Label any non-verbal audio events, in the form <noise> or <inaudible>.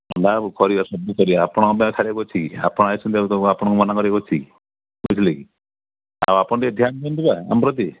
ନା ଆଉ କରି ଆସ <unintelligible> କରିବା ଆପଣଙ୍କ <unintelligible> ଅଛି ଆପଣ ଆସିଛନ୍ତି ଆ ଆପଣଙ୍କ ମନାକରିବୁ ଅଛି ବୁଝିଲେକି ଆଉ ଆପଣ ଟିକେ ଧ୍ୟାନ ଦଅବା ଆମ ପ୍ରତି